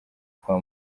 kwa